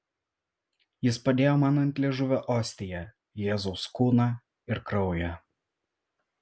jis padėjo man ant liežuvio ostiją jėzaus kūną ir kraują